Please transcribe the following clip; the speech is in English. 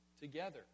together